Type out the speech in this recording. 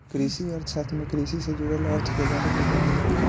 कृषि अर्थशास्त्र में कृषि से जुड़ल अर्थ के बारे में जानल जाला